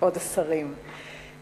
כבוד השרים.